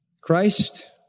Christ